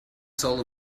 soul